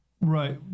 Right